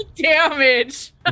Damage